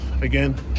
again